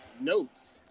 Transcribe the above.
notes